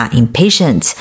，impatient，